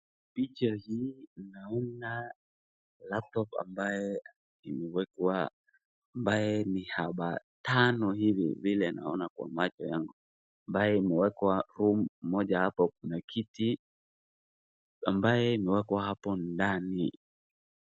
Picha hii naona laptop ambayo imewekwa ambaye ni haba tano hivi vile naona kwa macho yangu ambaye imewekwa home moja hapo ambayo kuna kiti ambaye imeekwa hapo ndani.